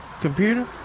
computer